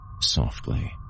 softly